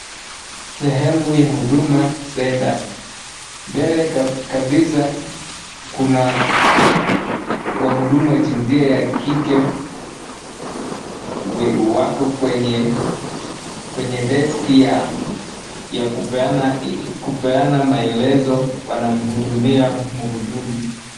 Sehemu ya Huduma Center. Mbele kabisa, kuna wahudumu wa jinsia ya kike, wako kwenye deski ya kupeana maelezo, wanamhudumia mhudumu.